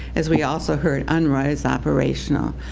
as we also heard, unwra is operational.